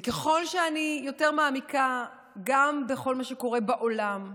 וככל שאני יותר מעמיקה גם בכל מה שקורה בעולם,